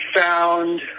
found